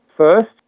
First